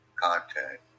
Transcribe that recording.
content